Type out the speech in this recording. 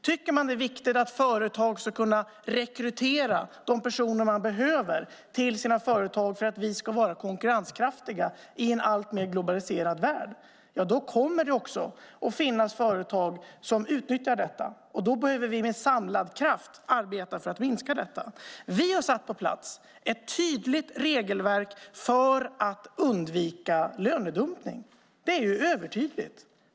Tycker man att det är viktigt att företag ska kunna rekrytera de personer som de behöver till sina företag för att vi ska vara konkurrenskraftiga i en alltmer globaliserad värld, då kommer det också att finnas företag som utnyttjar detta. Då behöver vi med samlad kraft arbeta för att minska detta. Vi har satt ett tydligt regelverk på plats för att undvika lönedumpning. Det är övertydligt.